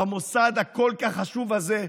במוסד הכל-כך חשוב הזה,